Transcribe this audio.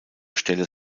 stelle